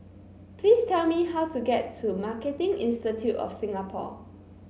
please tell me how to get to Marketing Institute of Singapore